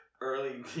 early